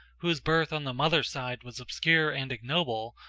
whose birth on the mother's side was obscure and ignoble,